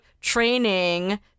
training